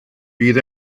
bydd